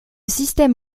système